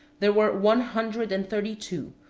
there were one hundred and thirty-two,